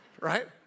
Right